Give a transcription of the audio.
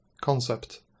concept